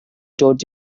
dod